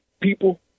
people